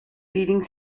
eating